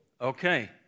Okay